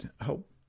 help